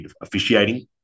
officiating